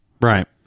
Right